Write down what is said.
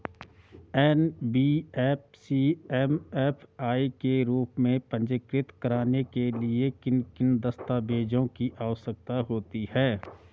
NBFC MFI के रूप में पंजीकृत कराने के लिए किन किन दस्तावेज़ों की आवश्यकता होती है?